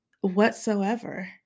whatsoever